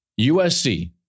USC